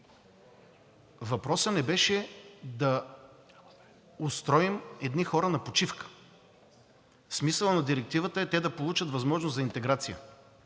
Въпросът не беше да устроим едни хора на почивка. Смисълът на Директивата е те да получат възможност за интеграция